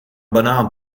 banaan